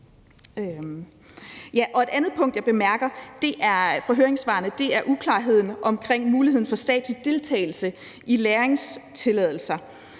Et andet punkt, jeg bemærker fra høringssvarene, er uklarheden omkring muligheden for statslig deltagelse i lagringstilladelser.